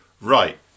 Right